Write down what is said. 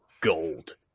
gold